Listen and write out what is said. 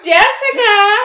Jessica